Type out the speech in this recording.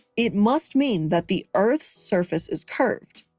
it must mean that the earth's surface is curved.